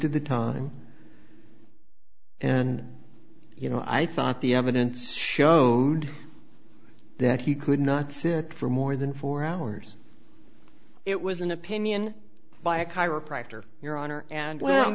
of the time and you know i thought the evidence showed that he could not sit for more than four hours it was an opinion by a chiropractor your honor and well i'm